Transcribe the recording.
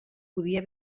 podia